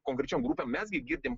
konkrečiom grupėm mes gi girdim